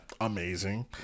amazing